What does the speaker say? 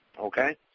okay